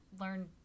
learn